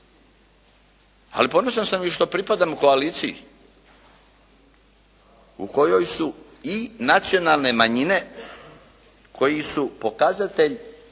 Ali ponosan sam i što pripadam koaliciji u kojoj su i nacionalne manjine koji su pokazatelj